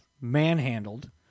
manhandled